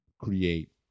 create